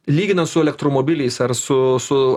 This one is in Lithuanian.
lyginant su elektromobiliais ar su su